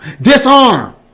Disarm